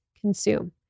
consume